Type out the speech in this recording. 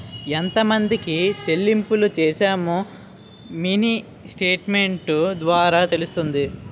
ఎంతమందికి చెల్లింపులు చేశామో మినీ స్టేట్మెంట్ ద్వారా తెలుస్తుంది